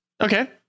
Okay